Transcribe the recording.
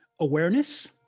Awareness